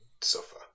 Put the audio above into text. suffer